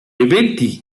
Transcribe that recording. eventi